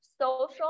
social